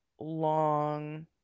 long